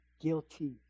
guilty